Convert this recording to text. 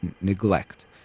neglect